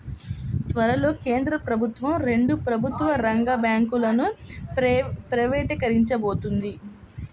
త్వరలో కేంద్ర ప్రభుత్వం రెండు ప్రభుత్వ రంగ బ్యాంకులను ప్రైవేటీకరించబోతోంది